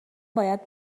باید